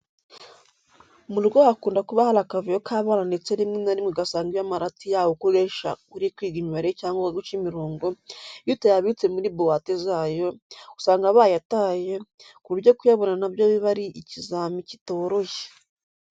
Mu rugo hakunda kuba hari akavuyo k'abana ndetse rimwe na rimwe ugasanga iyo amarati yawe ukoresha uri kwiga imibare cyangwa guca imirongo, iyo utayabitse muri buwate zayo, usanga bayataye, ku buryo kuyabona na byo biba ari ikizami kitoroshye.